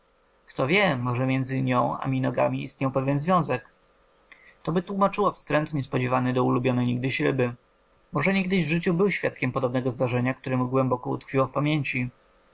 kto wie może między nią a minogami istniał pewien związek toby tłumaczyło wstręt niespodziewany do ulubionej niegdyś ryby może kiedyś w życiu był świadkiem podobnego zdarzenia które mu głęboko utkwiło w pamięci